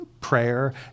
prayer